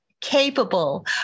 capable